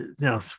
Now